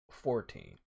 Fourteen